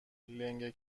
لنگه